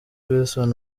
wilson